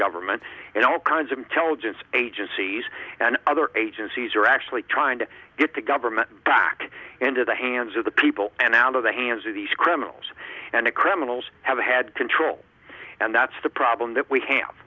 government and all kinds of intelligence agencies and other agencies are actually trying to get the government back into the hands of the people and out of the hands of these criminals and a criminals have had control and that's the problem that we have